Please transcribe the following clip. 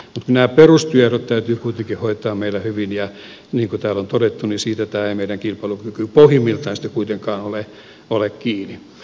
nämä perustyöehdot täytyy kuitenkin hoitaa meillä hyvin ja niin kuin täällä on todettu siitä ei tämä meidän kilpailukykymme pohjimmiltaan sitten kuitenkaan ole kiinni